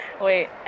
Wait